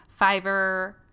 Fiverr